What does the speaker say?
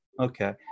Okay